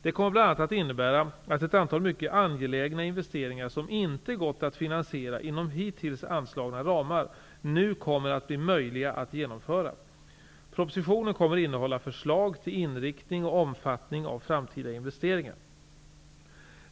Det kommer bl.a. att innebära att ett antal mycket angelägna investeringar som det inte gått att finansiera inom hittills anslagna ramar nu kommer att bli möjliga att genomföra. Propositionen kommer att innehålla förslag till inriktning och omfattning av framtida investeringar.